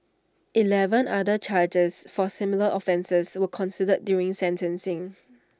Eleven other charges for similar offences were considered during sentencing